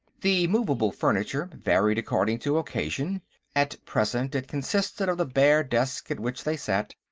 the movable furniture varied according to occasion at present, it consisted of the bare desk at which they sat,